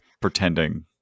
pretending